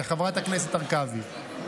חברת הכנסת הרכבי?